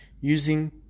using